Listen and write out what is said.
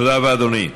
תודה רבה, אדוני.